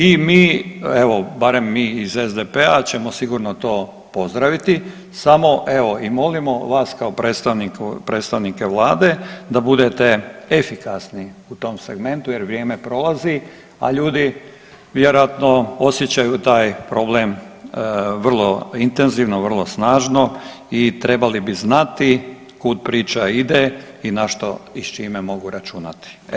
I mi, evo barem mi iz SDP-a ćemo sigurno to pozdraviti, samo evo i molimo vas kao predstavnike vlade da budete efikasni u tom segmentu jer vrijeme prolazi, a ljudi vjerojatno osjećaju taj problem vrlo intenzivno, vrlo snažno i trebali bi znati kud priča ide i na što i s čime mogu računati.